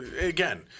Again